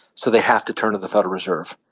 so they have to turn to the federal reserve.